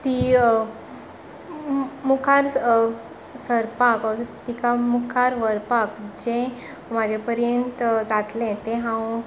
ती मुखार सरपाक तिका मुखार व्हरपाक जें म्हाजें पर्यंत जातलें तें हांव